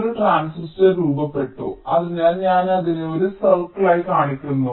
ഒരു ട്രാൻസിസ്റ്റർ രൂപപ്പെട്ടു അതിനാൽ ഞാൻ അതിനെ ഒരു സർക്കിളായി കാണിക്കുന്നു